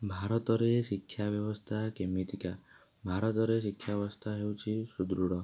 ଭାରତରେ ଶିକ୍ଷା ବ୍ୟବସ୍ଥା କେମିତିକା ଭାରତରେ ଶିକ୍ଷା ବ୍ୟବସ୍ଥା ହେଉଛି ସୁଦୃଢ଼